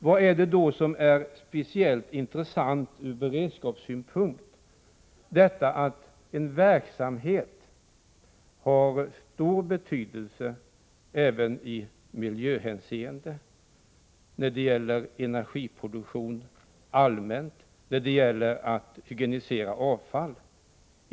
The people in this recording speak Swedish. Varför är det då speciellt intressant från beredskapssynpunkt att en verksamhet som avser energiproduktion allmänt, har stor betydelse även i miljöhänseende, som när det gäller att hygienisera avfall?